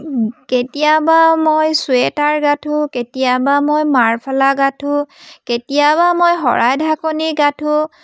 কেতিয়াবা মই চুৱেটাৰ গাঁঠো কেতিয়াবা মই মাৰফালা গাঁঠো কেতিয়াবা মই শৰাই ঢাকনি গাঁঠো